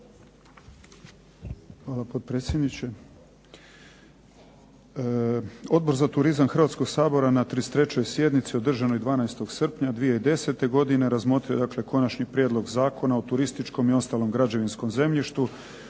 Hvala potpredsjedniče. Odbor za turizam Hrvatskog sabora na 33. sjednici održanoj 12. srpnja 2010. godine razmotrio je dakle Konačni prijedlog Zakona o turističkom i ostalom građevinskom zemljištu